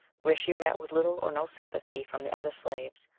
where she met with little or no sympathy from the other slaves,